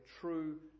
true